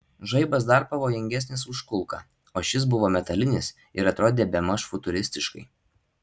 žaibas dar pavojingesnis už kulką o šis buvo metalinis ir atrodė bemaž futuristiškai